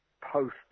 post-